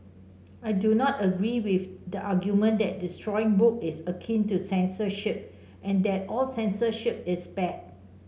I do not agree with the argument that destroying book is akin to censorship and that all censorship is bad